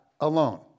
alone